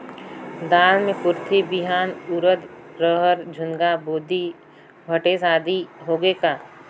दाल मे कुरथी बिहान, उरीद, रहर, झुनगा, बोदी बिहान भटेस आदि होगे का?